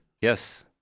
Yes